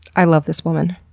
i love this woman.